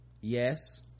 Yes